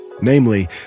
Namely